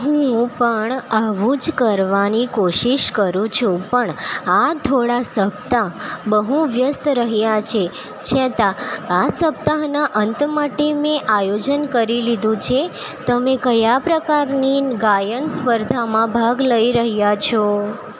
હું પણ આવું જ કરવાની કોશિશ કરું છું પણ આ થોડા સપ્તાહ બહુ વ્યસ્ત રહ્યા છે છતાં આ સપ્તાહના અંત માટે મેં આયોજન કરી લીધું છે તમે કયા પ્રકારની ગાયન સ્પર્ધામાં ભાગ લઈ રહ્યાં છો